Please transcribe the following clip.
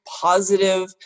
positive